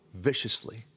viciously